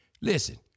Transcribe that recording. Listen